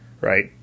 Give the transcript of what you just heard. right